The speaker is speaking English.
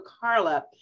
Carla